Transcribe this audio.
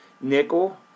nickel